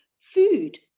food